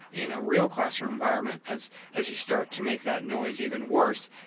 in a real classroom environment, as as you start to make that noise even worse,